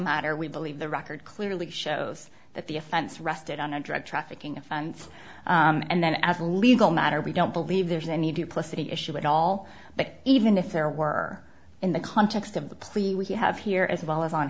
matter we believe the record clearly shows that the offense rested on a drug trafficking offense and then as a legal matter we don't believe there's any duplicity issue at all but even if there were in the context of the plea we have here as well as on